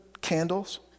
candles